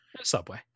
subway